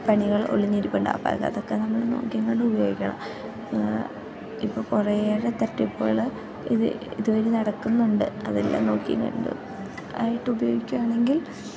പണികൾ ഒളിഞ്ഞിരിപ്പുണ്ട് അപ്പം അതൊക്കെ നമ്മൾ നോക്കിയും കണ്ട് ഉപയോഗിക്കണം ഇപ്പോൾ കുറേയേറെ തട്ടിപ്പുകൾ ഇത് ഇതു വഴി നടക്കുന്നുണ്ട് അതെല്ലാം നോക്കിയും കണ്ട് ആയിട്ട് ഉപയോഗിക്കുകയാണെങ്കിൽ